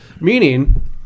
Meaning